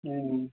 ಹ್ಞೂ